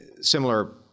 similar